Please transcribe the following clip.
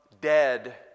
dead